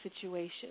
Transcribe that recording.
situation